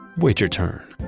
wait your turn